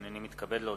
הנני מתכבד להודיעכם,